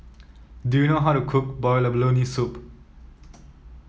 do you know how to cook Boiled Abalone Soup